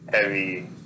heavy